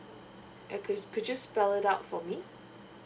okay could you spell it out for me